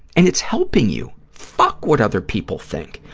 and it's helping you. fuck what other people think.